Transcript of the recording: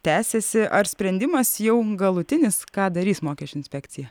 tęsiasi ar sprendimas jau galutinis ką darys mokesčių inspekcija